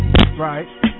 right